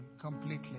completely